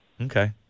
Okay